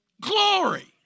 glory